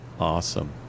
awesome